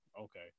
Okay